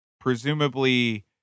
presumably